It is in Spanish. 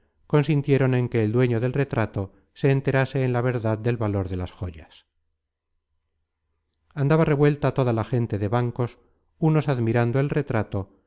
consintieron en que el dueño del retrato se enterase en la verdad del valor de las joyas andaba revuelta toda la gente de bancos unos admirando el retrato